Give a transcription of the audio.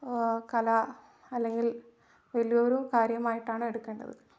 കല അല്ലെങ്കിൽ വലിയ ഒരു കാര്യമായിട്ടാണ് എടുക്കേണ്ടത്